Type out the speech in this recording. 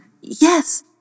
Yes